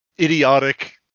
idiotic